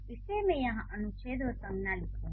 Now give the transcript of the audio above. इसलिए मैं यहां अनुच्छेद और संज्ञा लिखूंगा